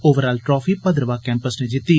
overall trophy Bhaderwah campus नै जिती